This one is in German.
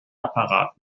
apparat